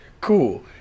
cool